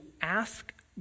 ask